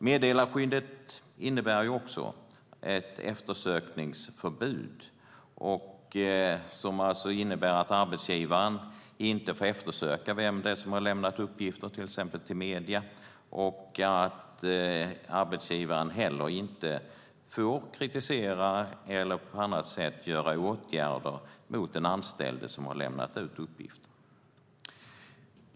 Meddelarskyddet innebär också ett eftersökningsförbud, som alltså innebär att arbetsgivaren inte får eftersöka vem det är som har lämnat uppgifter till exempel till medier och att arbetsgivaren inte heller får kritisera eller på annat sätt vidta åtgärder mot den anställde som har lämnat ut uppgifter.